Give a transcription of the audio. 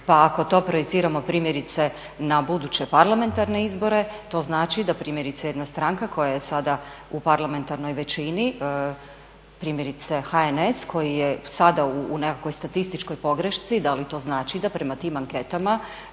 Pa ako to projiciramo primjerice na buduće parlamentarne izbore to znači da primjerice jedna stranka koja je sada u parlamentarnoj većini primjerice HNS koji je sada u nekakvoj statističkoj pogrešci, da li to znači da prema tim anketama